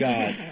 God